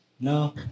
No